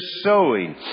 sowing